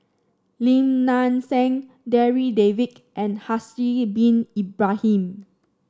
Lim Nang Seng Darryl David and Haslir Bin Ibrahim